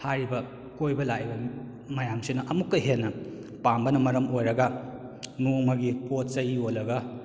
ꯍꯥꯏꯔꯤꯕ ꯀꯣꯏꯕ ꯂꯥꯛꯏꯕ ꯃꯌꯥꯝꯁꯤꯅ ꯑꯃꯨꯛꯀ ꯍꯦꯟꯅ ꯄꯥꯝꯕꯅ ꯃꯔꯝ ꯑꯣꯏꯔꯒ ꯅꯣꯡꯃꯒꯤ ꯄꯣꯠꯆꯩ ꯌꯣꯜꯂꯒ